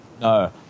No